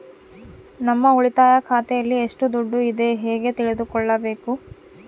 ನಮ್ಮ ಉಳಿತಾಯ ಖಾತೆಯಲ್ಲಿ ಎಷ್ಟು ದುಡ್ಡು ಇದೆ ಹೇಗೆ ತಿಳಿದುಕೊಳ್ಳಬೇಕು?